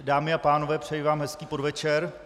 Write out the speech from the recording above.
Dámy a pánové, přeji vám hezký podvečer.